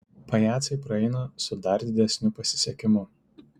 pajacai praeina su dar didesniu pasisekimu